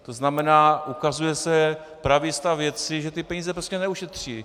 To znamená, že se ukazuje pravý stav věci, že se peníze prostě neušetří.